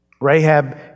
Rahab